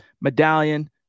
medallion